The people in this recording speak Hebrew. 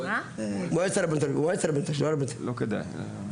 לא כדאי.